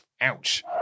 Ouch